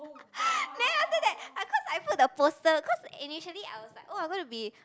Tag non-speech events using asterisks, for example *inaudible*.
*laughs* then after that I cause I put the poster cause initially I was like oh I gonna be